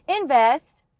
invest